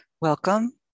Welcome